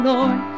Lord